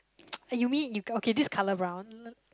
eh you mean you okay this colour brown